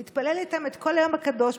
הוא התפלל איתם כל היום הקדוש.